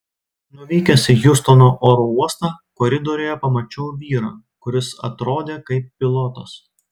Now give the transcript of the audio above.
nuvykęs į hjustono oro uostą koridoriuje pamačiau vyrą kuris atrodė kaip pilotas